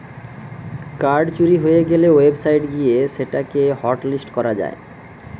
card চুরি হয়ে গ্যালে ওয়েবসাইট গিয়ে সেটা কে হটলিস্ট করা যায়